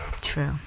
True